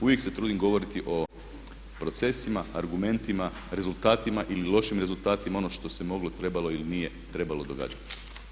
Uvijek se trudim govoriti o procesima, argumentima, rezultatima ili lošim rezultatima, ono što se moglo, trebalo ili nije trebalo događati.